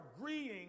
agreeing